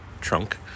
trunk